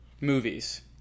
movies